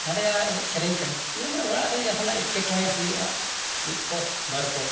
ᱱᱚᱰᱮᱭᱟᱜ ᱮᱱᱮᱡᱼᱥᱮᱨᱮᱧ ᱠᱟᱱᱟ ᱧᱮᱞ ᱢᱮ ᱚᱲᱟᱜ ᱨᱮ ᱡᱟᱦᱟᱱᱟᱜ ᱮᱴᱠᱮᱴᱚᱬᱮ ᱦᱩᱭᱩᱜᱼᱟ ᱢᱤᱫ ᱯᱚᱫᱽ ᱵᱟᱨ ᱯᱚᱫᱽ